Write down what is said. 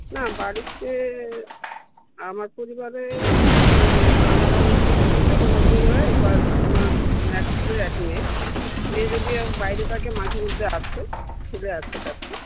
না বাড়িতে আমার পরিবারে আমরা দুজন হাজব্যান্ড ওয়াইফ আর আমার এক ছেলে এক মেয়ে মেয়ে যদিও বাইরে থাকে মাঝেমধ্যে আসে ছেলে আছে কাছে